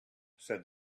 said